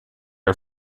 are